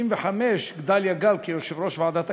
1995 גדליה גל, כיושב-ראש ועדת הכספים,